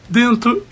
dentro